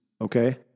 okay